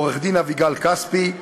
עורכת-דין אביגל כספי,